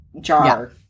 jar